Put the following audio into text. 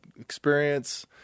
experience